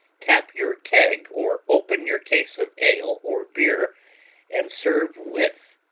tap your keg or open your case of ale or beer and serve with,